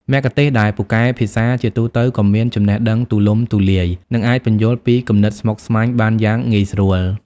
មគ្គុទ្ទេសក៍ដែលពូកែភាសាជាទូទៅក៏មាន ចំណេះដឹងទូលំទូលាយ និងអាចពន្យល់ពីគំនិតស្មុគស្មាញបានយ៉ាងងាយស្រួល។